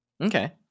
okay